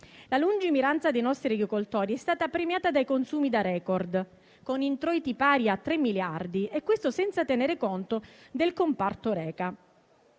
La lungimiranza dei nostri agricoltori è stata premiata da consumi da *record*, con introiti pari a tre miliardi e questo senza tenere conto del comparto Horeca.